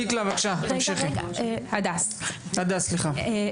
הדס, תמשיכי.